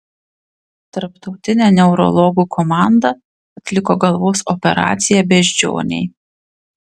tarptautinė neurologų komanda atliko galvos operaciją beždžionei